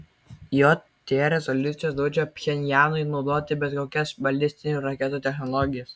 jt rezoliucijos draudžia pchenjanui naudoti bet kokias balistinių raketų technologijas